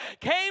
came